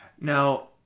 Now